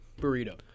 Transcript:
Burrito